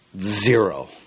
Zero